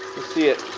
see it.